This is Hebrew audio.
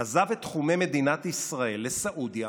עזב את תחומי מדינת ישראל לסעודיה